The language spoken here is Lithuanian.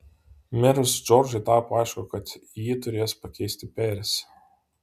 mirus džordžui tapo aišku kad jį turės pakeisti peris